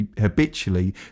habitually